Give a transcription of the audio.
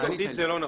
עובדתית זה לא נכון.